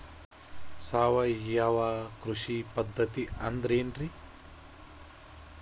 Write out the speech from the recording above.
ಸಾವಯವ ಕೃಷಿ ಪದ್ಧತಿ ಅಂದ್ರೆ ಏನ್ರಿ?